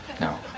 no